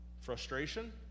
Frustration